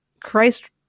Christ